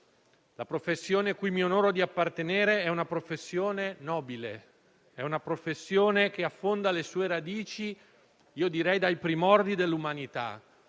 alla quale mi onoro di appartenere è una professione nobile, una professione che affonda le sue radici - io direi - nei primordi dell'umanità,